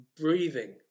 breathing